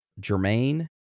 Jermaine